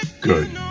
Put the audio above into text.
good